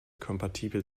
kompatibel